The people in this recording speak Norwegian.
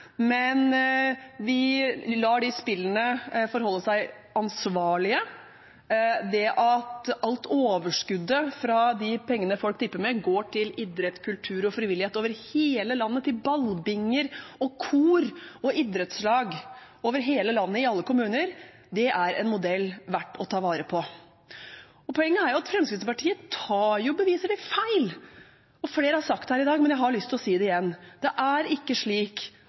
men vi lar de forholde seg ansvarlig. Det at alt overskuddet fra de pengene folk tipper for, går til idrett, kultur og frivillighet over hele landet – til ballbinger, kor og idrettslag over hele landet, i alle kommuner – er en modell verd å ta vare på. Poenget er at Fremskrittspartiet tar beviselig feil, og flere har sagt det her i dag, men jeg har lyst til å si det igjen: Det er ikke slik